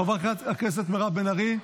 חברת הכנסת מירב בן ארי,